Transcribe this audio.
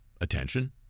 attention